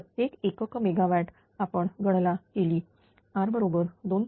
प्रत्येक एकक मेगावॅट आपण गणना केली R बरोबर2